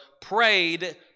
prayed